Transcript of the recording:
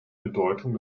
bedeutung